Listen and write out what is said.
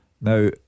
Now